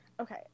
Okay